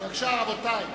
בבקשה, רבותי,